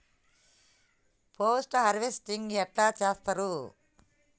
Post harvesting ఎట్ల చేత్తరు?